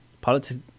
politics